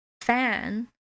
fan